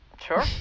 Sure